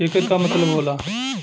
येकर का मतलब होला?